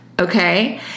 Okay